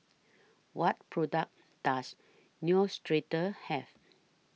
What products Does Neostrata Have